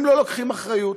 הם לא לוקחים אחריות.